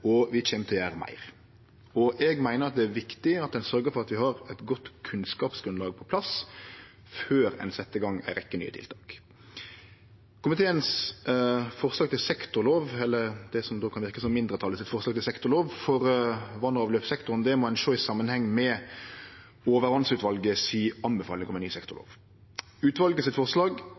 og vi kjem til å gjere meir. Eg meiner det er viktig å sørgje for at ein har eit godt kunnskapsgrunnlag på plass før ein set i gang ei rekkje nye tiltak. Forslaget frå komiteen til sektorlov for vass- og avløpssektoren – eller det som då kan verke som mindretalet sitt forslag til sektorlov – må ein sjå i samanheng med overvassutvalets anbefaling om ei ny